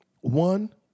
One